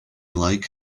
like